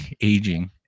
aging